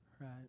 right